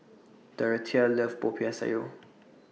Dorathea loves Popiah Sayur